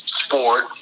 sport